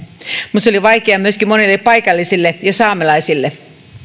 mutta se oli vaikea myöskin monille paikallisille ja saamelaisille